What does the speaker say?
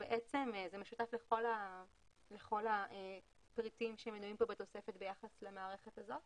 זה משותף לכל הפריטים שמנויים כאן בתוספת ביחס למערכת הזאת